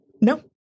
No